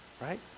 right